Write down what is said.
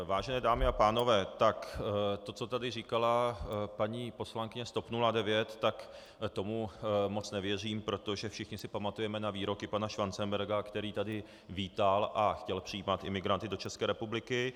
Vážené dámy a pánové, tomu, co tady říkala paní poslankyně z TOP 09, moc nevěřím, protože všichni si pamatujeme na výroky pana Schwarzenberga, který tady vítal a chtěl přijímat imigranty do České republiky.